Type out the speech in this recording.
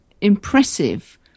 impressive